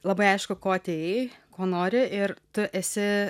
labai aišku ko atėjai ko nori ir tu esi